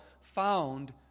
found